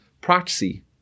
proxy